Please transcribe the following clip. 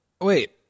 wait